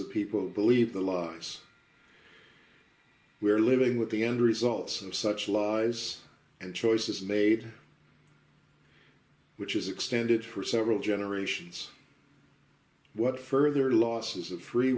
of people believe the lies we are living with the end results of such lies and choices made which is extended for several generations what further losses of free